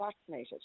vaccinated